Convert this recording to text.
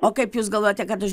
o kaip jūs galvojate kad už